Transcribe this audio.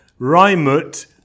Raimut